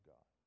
God